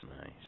nice